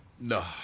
No